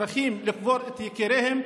צריכים לקבור את יקיריהם,